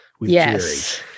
Yes